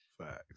Facts